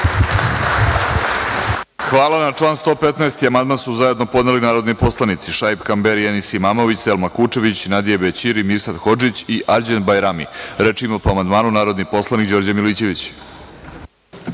Hvala. Na član 115.